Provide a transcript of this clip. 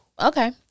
Okay